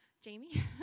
Jamie